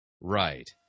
Right